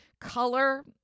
color